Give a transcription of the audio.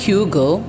Hugo